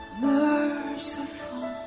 merciful